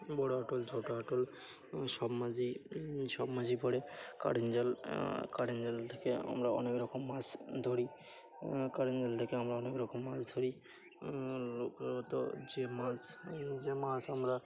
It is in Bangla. বড়ো আটল ছোটো আটল সব মাঝি সব মাঝিই পড়ে কারেন্জাল কারেন্জাল থেকে আমরা অনেক রকম মাছ ধরি কারেন্জল থেকে আমরা অনেক রকম মাছ ধরি লোকগত যে মাছ যে মাছ আমরা